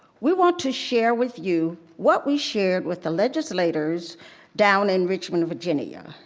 we want to share with you what we shared with the legislators down in richmond, virginia.